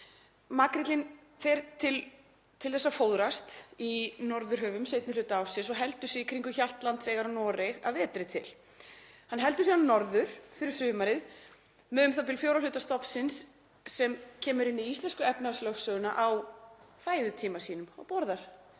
Makríllinn fer til að fóðrast í norðurhöfum seinni hluta ársins og heldur sig í kringum Hjaltlandseyjar og Noreg að vetri til. Hann heldur síðan norður fyrir sumarið með u.þ.b. fjórða hluta stofnsins sem kemur inn í íslensku efnahagslögsöguna á fæðutíma sínum og borðar,